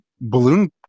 balloon